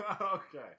Okay